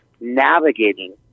navigating